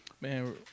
Man